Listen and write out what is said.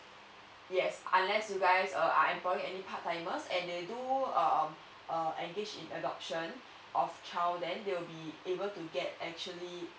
yes unless you guys uh are employing any part timers and they do um uh engage in adoption of child then they will be able to get actually